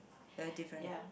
very different ah